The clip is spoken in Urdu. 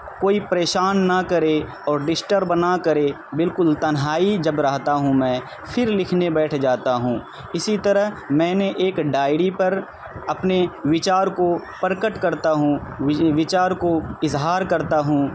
کوئی پریشان نہ کرے اور ڈسٹرب نہ کرے بالکل تنہائی جب رہتا ہوں میں پھر لکھنے بیٹھ جاتا ہوں اسی طرح میں نے ایک ڈائری پر اپنے وچار کو پرکٹ کرتا ہوں وچار کو اظہار کرتا ہوں